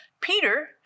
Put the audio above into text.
Peter